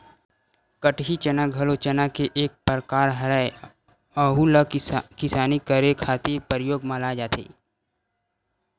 कटही चना घलो चना के एक परकार हरय, अहूँ ला किसानी करे खातिर परियोग म लाये जाथे